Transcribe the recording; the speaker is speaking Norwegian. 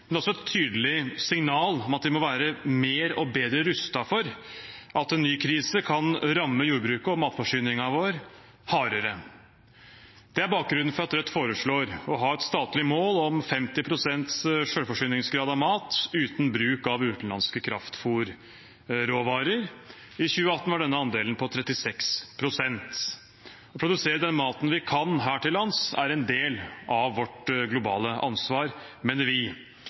det er også et tydelig signal om at vi må være mer og bedre rustet for at en ny krise kan ramme jordbruket og matforsyningen vår hardere. Det er bakgrunnen for at Rødt foreslår å ha et statlig mål om 50 pst. selvforsyningsgrad av mat uten bruk av utenlandske kraftfôrråvarer. I 2018 var denne andelen på 36 pst. Å produsere den maten vi kan her til lands, er en del av vårt globale ansvar, mener vi,